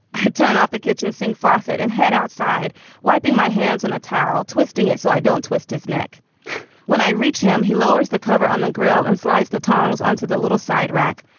i turn off the kitchen sink faucet and head outside wiping my hands on a towel twisting it so i don't twist his neck when i reach him. he lowers the cover on the grill and slides the tongs onto the little side rack.